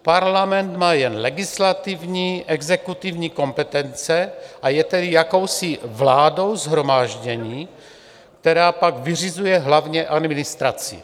Parlament má jen legislativní, exekutivní kompetence, a je tedy jakousi vládou shromáždění, která pak vyřizuje hlavně administraci.